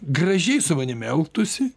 gražiai su manim elgtųsi